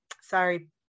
sorry